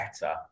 better